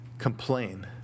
complain